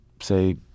say